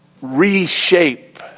reshape